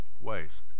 ways